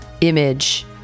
image